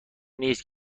نیست